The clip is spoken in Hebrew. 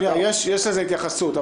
יש לזה התייחסות.